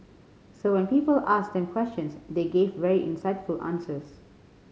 so when people asked them questions they gave very insightful answers